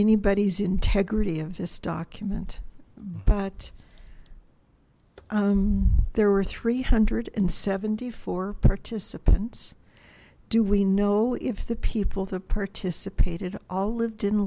anybody's integrity of this document but there were three hundred and seventy four participants do we know if the people that participated all lived in